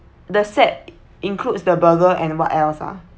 the set includes the burger and what else ah